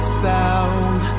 sound